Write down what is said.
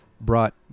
brought